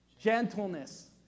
gentleness